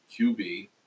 QB